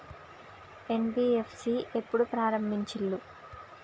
NBFC ఎప్పుడు ప్రారంభించిల్లు?